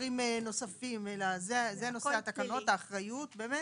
דברים נוספים, אלא זה נושא התקנות, האחריות באמת,